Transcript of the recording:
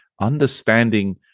understanding